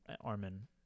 Armin